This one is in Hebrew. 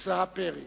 יישא פרי.